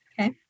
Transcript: Okay